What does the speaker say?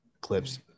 clips